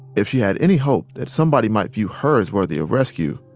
if she had any hope that somebody might view her as worthy of rescue,